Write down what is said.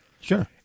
Sure